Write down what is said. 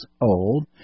old